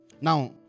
Now